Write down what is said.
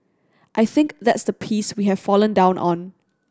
I think that's the piece we have fallen down on